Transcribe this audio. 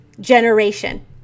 generation